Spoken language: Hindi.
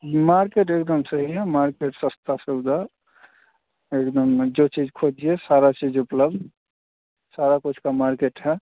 मार्केट एक दम सही है मार्केट सस्ता सौदा एक दम जो चीज़ खोजिए सारी चीज़ उपलब्ध सारा कुछ का मार्केट है